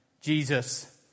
Jesus